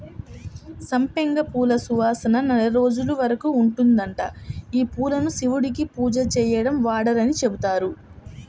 సంపెంగ పూల సువాసన నెల రోజుల వరకు ఉంటదంట, యీ పూలను శివుడికి పూజ చేయడంలో వాడరని చెబుతారు